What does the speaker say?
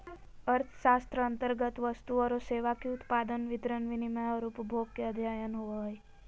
अर्थशास्त्र अन्तर्गत वस्तु औरो सेवा के उत्पादन, वितरण, विनिमय औरो उपभोग के अध्ययन होवो हइ